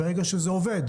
ברגע שזה עובד.